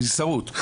אני שרוט.